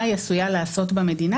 מה היא עשויה לעשות במדינה,